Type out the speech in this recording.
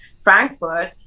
Frankfurt